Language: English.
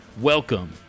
Welcome